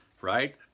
right